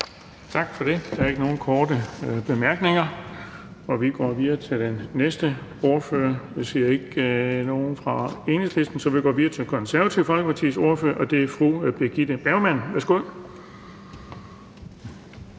Tak for det. Der er ikke nogen korte bemærkninger, og vi går videre til den næste ordfører. Jeg ser ikke nogen fra Enhedslisten, så vi går videre til Det Konservative Folkepartis ordfører, og det er fru Birgitte Bergman. Værsgo.